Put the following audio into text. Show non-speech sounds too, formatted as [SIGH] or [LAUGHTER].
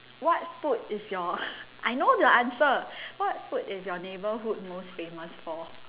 what food is your [LAUGHS] I know the answer what food is your neighbourhood most famous for